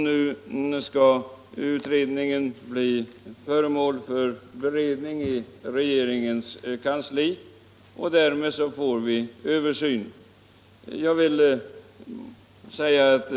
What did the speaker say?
Nu skall den utredningen bli föremål för beredning i regeringens kansli, och därmed får vi en översyn även av utlåningsverksamheten.